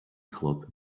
club